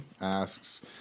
asks